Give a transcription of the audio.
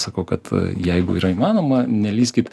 sakau kad jeigu yra įmanoma nelįskit